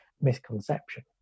misconception